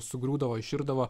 sugriūdavo iširdavo